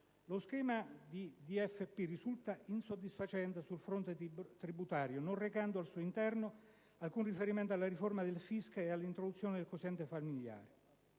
Lo schema di DFP risulta insoddisfacente sul fronte tributario, non recando al suo interno alcun riferimento alla riforma del fisco e all'introduzione del quoziente familiare.